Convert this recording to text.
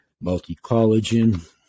multi-collagen